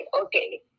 okay